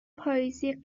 پاییزی